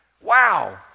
Wow